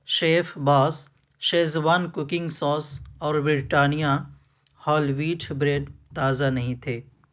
chef boss Schezwan cooking sauce اور Britannia whole wheat bread تازہ نہیں تھے